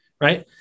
Right